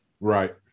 Right